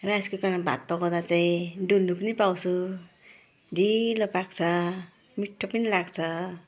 rice कुकरमा भात पकाउँदा चाहिँ डुल्नु पनि पाउँछु ढिलो पाक्छ मिठो पनि लाग्छ